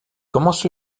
commence